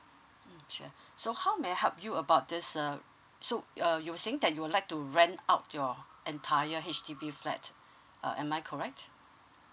mm sure so how may I help you about this uh so uh you are saying that you would like to rent out your entire H_D_B flat uh am I correct